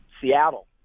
Seattle